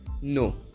No